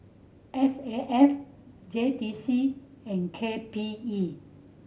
S A F J T C and K P E